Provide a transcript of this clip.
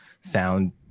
sound